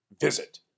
visit